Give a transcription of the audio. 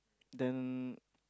then